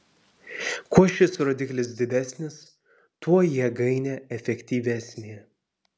kuo šis rodiklis didesnis tuo jėgainė efektyvesnė